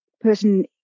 person